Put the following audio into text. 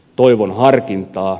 toivon harkintaa